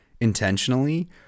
intentionally